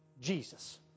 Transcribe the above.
Jesus